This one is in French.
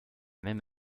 même